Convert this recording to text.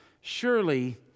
Surely